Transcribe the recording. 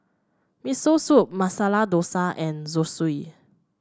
Miso Soup Masala Dosa and Zosui